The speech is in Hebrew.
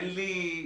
אין לו ידע,